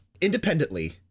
independently